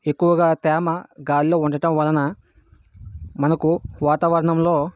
ఎక్కువగా తేమ గాలిలో ఉండటం వలన మనకు వాతావరణంలో